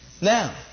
Now